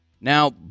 now